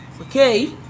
okay